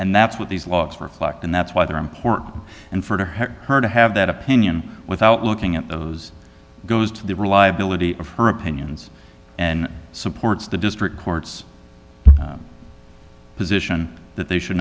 and that's what these laws reflect and that's why they're important and for her to have that opinion without looking at those goes to the reliability of her opinions and supports the district court's position that they should